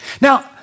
Now